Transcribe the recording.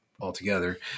altogether